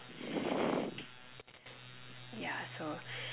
ya so